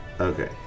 Okay